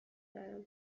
برم